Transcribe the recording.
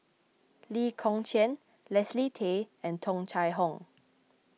Lee Kong Chian Leslie Tay and Tung Chye Hong